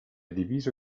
diviso